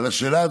אבל השאלה היא,